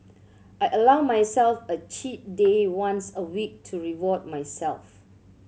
I allow myself a cheat day once a week to reward myself